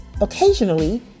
Occasionally